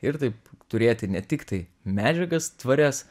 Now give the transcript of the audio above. ir taip turėti ne tiktai medžiagas tvarias